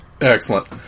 excellent